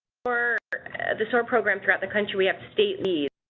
for the soar program throughout the country we have state leads.